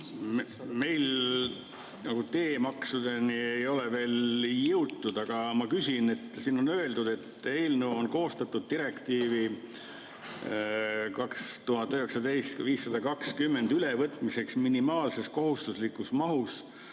Meil teemaksudeni ei ole veel jõutud. Ma küsin [selle kohta], et siin on öeldud, et eelnõu on koostatud direktiivi 2019/520 ülevõtmiseks minimaalses kohustuslikus mahus,